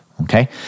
Okay